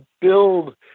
build